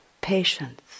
patience